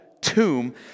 tomb